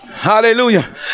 hallelujah